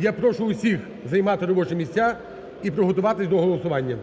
Я прошу всіх займати робочі місця і приготуватись до голосування.